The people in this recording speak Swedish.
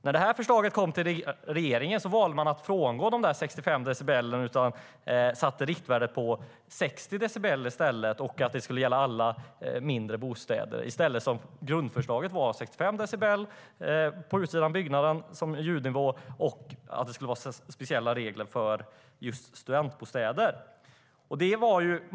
När det här förslaget kom till regeringen valde den att frångå de 65 decibelen och i stället sätta riktvärdet på 60 decibel, vilket skulle gälla alla mindre bostäder. Grundförslaget var 65 decibel på utsidan av byggnaden och speciella regler för just studentbostäder.